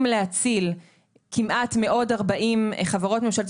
להציל כמעט מעוד 40 חברות ממשלתיות,